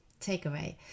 takeaway